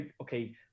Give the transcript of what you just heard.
okay